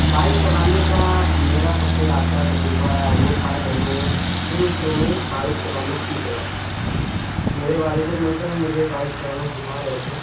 bike چلانے کا میرا سب سے یادگار تجربہ وہ تھا جب میں شروع شروع میں بائک چلانا سیکھ رہا تھا میرے والد محترم مجھے بائک چلانا سکھا رہے تھے